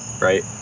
right